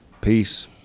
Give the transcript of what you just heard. peace